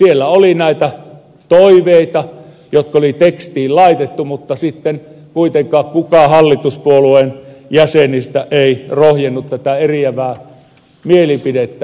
siellä oli näitä toiveita jotka oli tekstiin laitettu mutta sitten kuitenkaan kukaan hallituspuolueen jäsenistä ei rohjennut tätä eriävää mielipidettä allekirjoittaa